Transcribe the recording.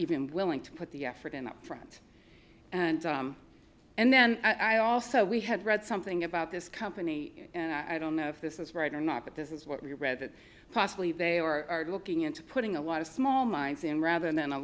even willing to put the effort in up front and then i also we had read something about this company and i don't know if this is right or not but this is what we read that possibly they are looking into putting a lot of small minds in rather than a